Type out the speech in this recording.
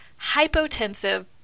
hypotensive